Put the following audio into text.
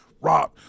Rob